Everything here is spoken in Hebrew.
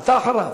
אתה אחריו.